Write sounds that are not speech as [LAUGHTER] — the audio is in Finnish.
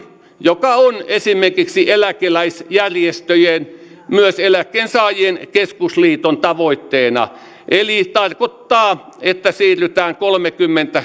joka on esimerkiksi eläkeläisjärjestöjen myös eläkkeensaajien keskusliiton tavoitteena eli se tarkoittaa että siirrytään kolmekymmentä [UNINTELLIGIBLE]